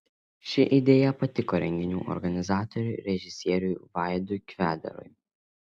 ši idėja patiko renginių organizatoriui režisieriui vaidui kvedarui